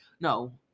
No